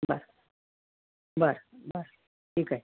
बर बर बर ठीक आहे